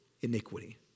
iniquity